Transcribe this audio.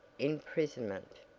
imprisonment.